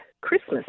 Christmas